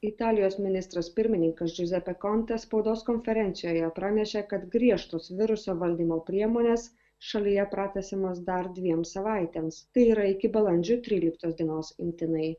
italijos ministras pirmininkas džiuzepė kontas spaudos konferencijoje pranešė kad griežtus viruso valdymo priemones šalyje pratęsiamas dar dviem savaitėms tai yra iki balandžio tryliktos dienos imtinai